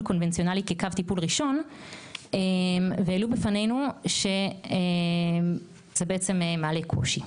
קונבנציונלי כקו טיפול ראשון והעלו בפנינו שזה מעלה קושי.